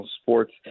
sports